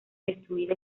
destruida